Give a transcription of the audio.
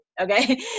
okay